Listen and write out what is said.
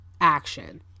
action